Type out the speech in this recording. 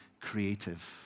creative